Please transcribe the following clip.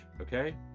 okay